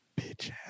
bitch